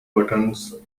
buttons